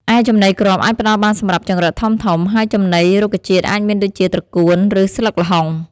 ឯចំណីគ្រាប់អាចផ្តល់បានសម្រាប់ចង្រិតធំៗ ហើយចំណីរុក្ខជាតិអាចមានដូចជាត្រកួន ឬស្លឹកល្ហុង។